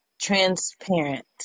Transparent